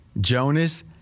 Jonas